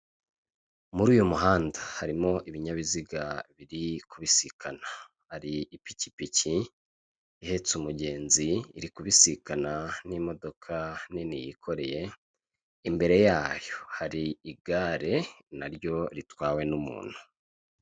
Muri uyu muhanda harimo ibinyabiziga biri kubisikana, hari ipikipiki ihetse umugenzi, iri kubisikana n'imodoka nini yikoreye, imbere yayo hari igare, na ryo ritwawe n'umuntu.